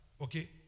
Okay